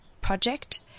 project